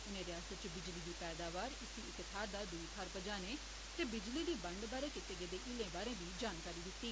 उनें रियासत च बिजली दी पैदावार इसी इक थाहरै दा दूई थाहे पजाने ते बिजली दी बंड बारै कीते जा'रदे हीले दी बी जानकारी दित्ती